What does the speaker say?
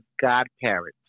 godparents